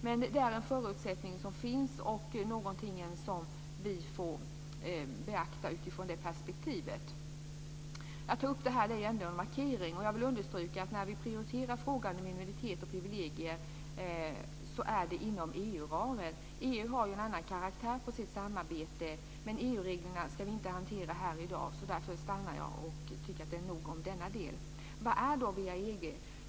Men det är en förutsättning som finns och något som vi får beakta utifrån det perspektivet. Att ta upp det här är ändå en markering. Jag vill understryka att vi prioriterar frågan om immunitet och privilegier inom EU-ramen. EU har en annan karaktär på sitt samarbete. Men vi ska inte hantera EU reglerna här i dag. Därför stannar jag här, och det är nog om denna del. Vad är då WEAG?